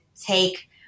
take